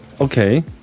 Okay